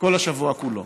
כל השבוע כולו.